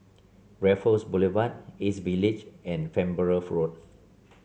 Raffles Boulevard East Village and Farnborough Road